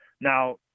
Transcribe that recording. Now